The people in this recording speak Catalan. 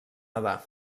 nedar